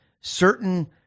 certain